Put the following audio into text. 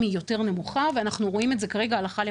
הוא